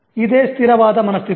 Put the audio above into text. ಇದೆ ಸ್ಥಿರವಾದ ಮನಸ್ಥಿತಿ